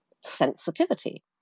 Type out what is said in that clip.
sensitivity